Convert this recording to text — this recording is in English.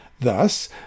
Thus